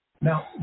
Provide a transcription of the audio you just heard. Now